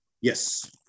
Yes